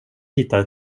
hittade